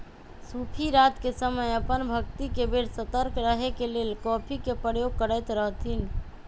सूफी रात के समय अप्पन भक्ति के बेर सतर्क रहे के लेल कॉफ़ी के प्रयोग करैत रहथिन्ह